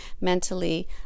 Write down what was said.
mentally